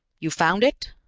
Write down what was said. you found it?